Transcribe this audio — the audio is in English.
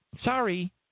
Sorry